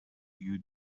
you